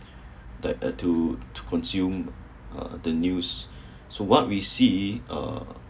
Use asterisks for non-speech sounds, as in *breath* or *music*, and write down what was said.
*breath* the a tool to consume uh the news *breath* so what we see uh